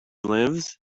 lives